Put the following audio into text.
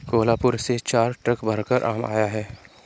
कोहलापुर से चार ट्रक भरकर आम आया है